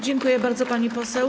Dziękuję bardzo, pani poseł.